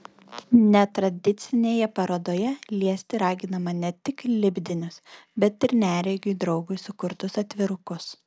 netradicinėje parodoje liesti raginama ne tik lipdinius bet ir neregiui draugui sukurtus atvirukus